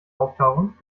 auftauchen